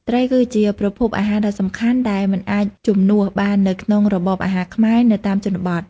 ត្រីគឺជាប្រភពអាហារដ៏សំខាន់ដែលមិនអាចជំនួសបាននៅក្នុង របបអាហារខ្មែរ នៅតាមជនបទ។